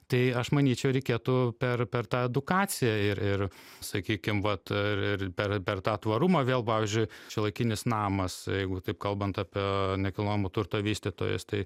tai aš manyčiau reikėtų per per tą edukaciją ir ir sakykim vat ir ir per per tą tvarumą vėl pavyzdžiui šiuolaikinis namas jeigu taip kalbant apie nekilnojamo turto vystytojus tai